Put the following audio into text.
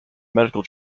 medical